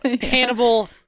Hannibal